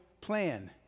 plan